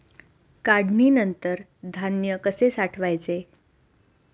काढणीनंतर धान्य कसे साठवायचे?